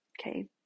okay